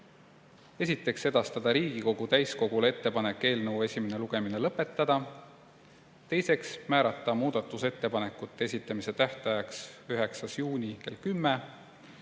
Esiteks, edastada Riigikogu täiskogule ettepanek eelnõu esimene lugemine lõpetada; teiseks, määrata muudatusettepanekute esitamise tähtajaks 9. juuni kell 10;